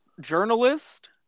journalist